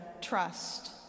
trust